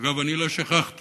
אגב, אני לא שכחתי,